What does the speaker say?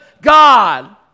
God